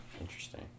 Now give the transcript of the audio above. Interesting